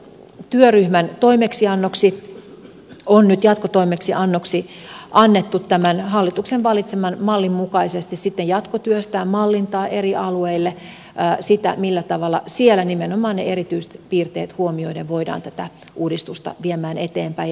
työryhmän jatkotoimeksiannoksi on nyt annettu tämän hallituksen valitseman mallin mukaisesti sitten jatkotyöstää mallintaa eri alueille sitä millä tavalla siellä nimenomaan ne erityispiirteet huomioiden voidaan tätä uudistusta viedä eteenpäin